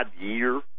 year